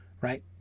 right